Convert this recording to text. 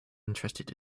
interested